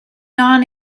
non